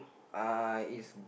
uh is